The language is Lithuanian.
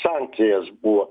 sankcijas buvo